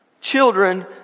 Children